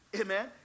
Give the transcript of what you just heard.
Amen